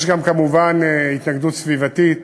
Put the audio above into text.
יש גם, כמובן, התנגדות סביבתית.